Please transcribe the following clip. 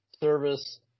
service